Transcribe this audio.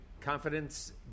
confidence